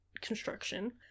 construction